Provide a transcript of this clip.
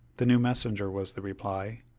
the new messenger, was the reply.